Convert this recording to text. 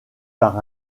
par